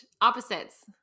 opposites